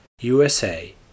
USA